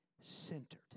centered